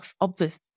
obvious